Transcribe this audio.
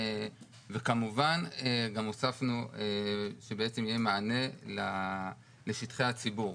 וכמובן גם הוספנו שבעצם יהיה מענה לשטחי הציבור.